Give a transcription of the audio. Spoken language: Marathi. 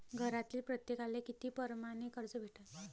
घरातील प्रत्येकाले किती परमाने कर्ज भेटन?